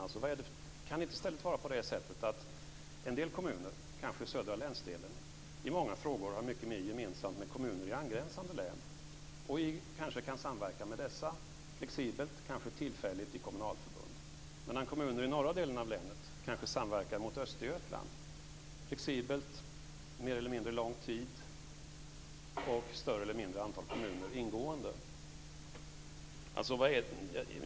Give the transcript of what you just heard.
Kan det inte i stället vara på det sättet att en del kommuner, kanske i södra länsdelen, i många frågor har mycket mer gemensamt med kommuner i angränsande län och kanske kan samverka med dessa flexibelt, kanske tillfälligt i kommunalförbund, medan kommuner i norra delen av länet kanske samverkar mot Östergötland flexibelt, under en mer eller mindre lång tid, med ett större eller mindre antal kommuner ingående i samverkan?